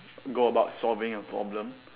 go about solving a problem